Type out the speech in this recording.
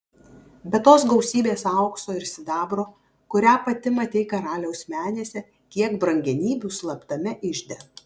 be tos gausybės aukso ir sidabro kurią pati matei karaliaus menėse kiek brangenybių slaptame ižde